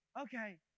okay